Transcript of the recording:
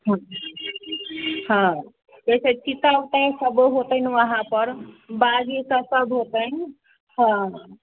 हँ ओहिसँ चीता वीता सभ होतै वहाँपर बाघ ई सभ सभ होतै हँ